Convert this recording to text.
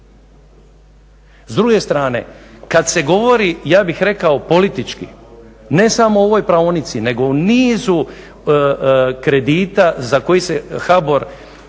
S druge strane, kad se govori ja bih rekao politički ne samo o ovoj praonici nego o nizu kredita za koji se HBOR